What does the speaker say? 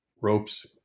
ropes